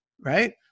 right